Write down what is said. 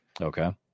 Okay